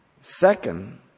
Second